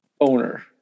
owner